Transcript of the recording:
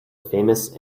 famous